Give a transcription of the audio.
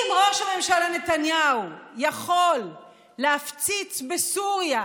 אם ראש הממשלה נתניהו יכול להפציץ בסוריה,